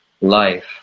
life